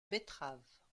betteraves